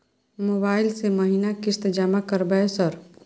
Mobile से महीना किस्त जमा करबै सर?